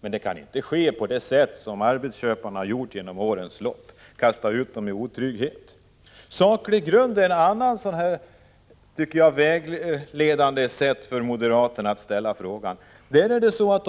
Men det kan inte gå till som det har gjort under årens lopp — att arbetsköparna har kastat ut arbetstagarna i otrygghet! Saklig grund är ett annat område där moderaterna ställer frågan på sin spets, enligt min uppfattning.